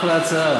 אחלה הצעה.